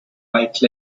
white